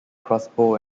crossbow